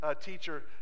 teacher